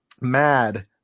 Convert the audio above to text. mad